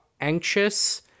anxious